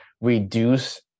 reduce